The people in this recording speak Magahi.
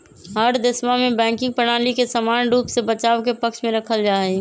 हर देशवा में बैंकिंग प्रणाली के समान रूप से बचाव के पक्ष में रखल जाहई